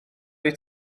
wyt